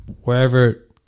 wherever